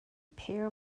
pair